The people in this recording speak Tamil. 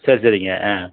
சரி சரிங்க ஆ